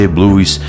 Blues